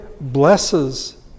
blesses